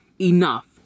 enough